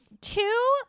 two